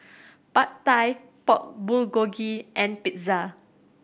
Pad Thai Pork Bulgogi and Pizza